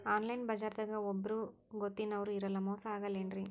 Online ಬಜಾರದಾಗ ಒಬ್ಬರೂ ಗೊತ್ತಿನವ್ರು ಇರಲ್ಲ, ಮೋಸ ಅಗಲ್ಲೆನ್ರಿ?